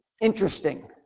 interesting